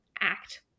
act